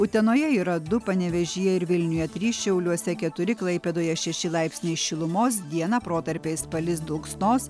utenoje yra du panevėžyje ir vilniuje trys šiauliuose keturi klaipėdoje šeši laipsniai šilumos dieną protarpiais palis dulksnos